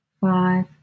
five